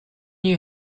you